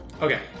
Okay